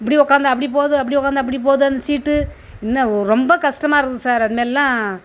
இப்படி உக்காந்தா அப்படி போது அப்படி உக்காந்தா இப்படி போது அந்த சீட்டு என்ன ரொம்ப கஷ்டமா இருந்தது சார் அந்தமாரிலாம்